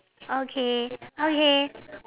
okay okay